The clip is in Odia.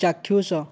ଚାକ୍ଷୁଷ